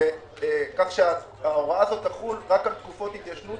כך שההוראה הזאת תחול רק על תקופות התיישנות